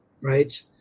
right